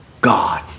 God